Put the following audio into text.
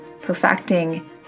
perfecting